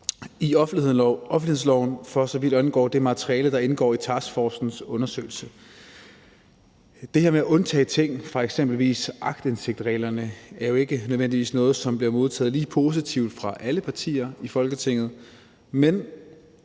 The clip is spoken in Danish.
i offentlighedsloven, for så vidt angår det materiale, der indgår i taskforcens undersøgelse. Det her med at undtage ting fra eksempelvis aktindsigtsreglerne er jo ikke nødvendigvis noget, som bliver modtaget lige positivt fra alle partier i Folketinget, men